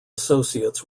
associates